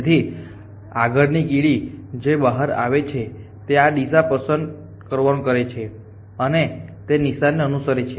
તેથી આગળની કીડી જે બહાર આવે છે તે આ દિશા પસંદ કરવાનું પસંદ કરે છે અને તે નિશાનને અનુશરે છે